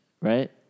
right